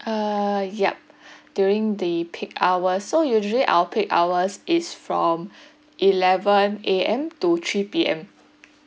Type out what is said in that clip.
uh yup during the peak hours so usually our peak hours is from eleven A_M to three P_M